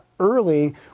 early